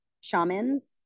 shamans